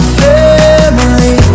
family